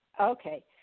okay